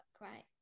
right